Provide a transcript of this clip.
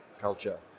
culture